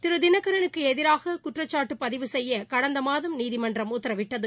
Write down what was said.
திரு தினகரலுக்கு எதிராக குற்றச்சாட்டு பதிவு செய்ய கடந்த மாதம் நீதிமன்றம் உத்தரவிட்டது